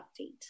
update